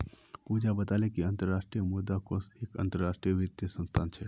पूजा बताले कि अंतर्राष्ट्रीय मुद्रा कोष एक अंतरराष्ट्रीय वित्तीय संस्थान छे